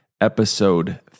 episode